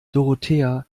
dorothea